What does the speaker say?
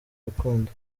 rukundo